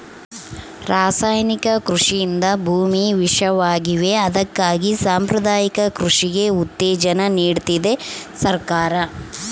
ರಾಸಾಯನಿಕ ಕೃಷಿಯಿಂದ ಭೂಮಿ ವಿಷವಾಗಿವೆ ಅದಕ್ಕಾಗಿ ಸಾಂಪ್ರದಾಯಿಕ ಕೃಷಿಗೆ ಉತ್ತೇಜನ ನೀಡ್ತಿದೆ ಸರ್ಕಾರ